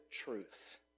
truth